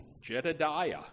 Jedediah